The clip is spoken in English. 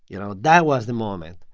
you know. that was the moment.